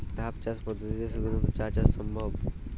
ধাপ চাষ পদ্ধতিতে শুধুমাত্র চা চাষ সম্ভব?